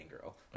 girl